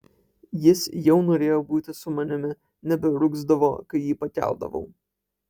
jis jau norėjo būti su manimi nebeurgzdavo kai jį pakeldavau